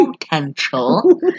Potential